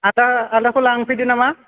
आलादा आलादाखौ लांफैदो नामा